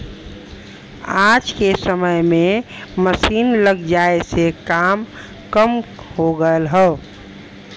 आज के समय में मसीन लग जाये से काम कम हो गयल हौ